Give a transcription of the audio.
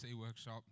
workshop